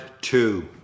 Two